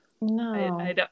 No